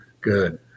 Good